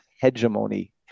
hegemony